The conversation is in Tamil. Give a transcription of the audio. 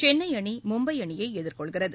சென்னை அணி மும்பை அணியை எதிர்கொள்கிறது